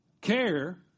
Care